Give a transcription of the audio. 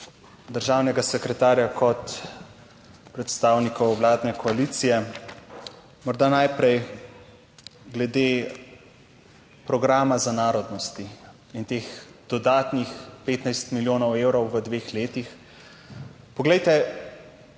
državnega sekretarja kot predstavnikov vladne koalicije. Morda najprej glede programa za narodnosti in teh dodatnih 15 milijonov evrov v dveh letih. Poglejte,